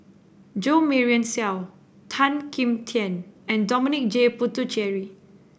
Jo Marion Seow Tan Kim Tian and Dominic J Puthucheary